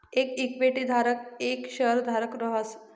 येक इक्विटी धारकच येक शेयरधारक रहास